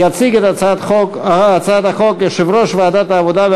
יציג את הצעת החוק יושב-ראש ועדת העבודה,